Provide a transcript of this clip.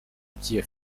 by’iyo